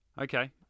Okay